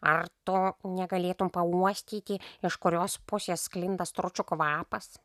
ar tu negalėtum pauostyti iš kurios pusės sklinda stručių kvapas